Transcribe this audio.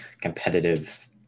competitive